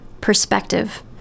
perspective